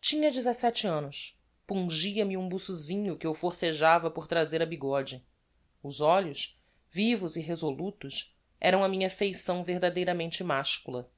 tinha dezesete annos pungia me um buçosinho que eu forcejava por trazer a bigode os olhos vivos e resolutos eram a minha feição verdadeiramente mascula